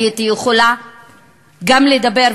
הייתי יכולה גם לדבר,